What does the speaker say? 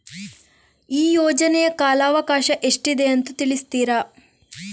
ಈ ಯೋಜನೆಯ ಕಾಲವಕಾಶ ಎಷ್ಟಿದೆ ಅಂತ ತಿಳಿಸ್ತೀರಾ?